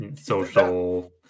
social